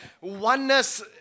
oneness